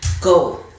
Go